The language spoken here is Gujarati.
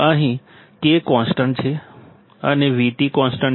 અહીં K કોન્સ્ટન્ટ છે અને VT કોન્સ્ટન્ટ છે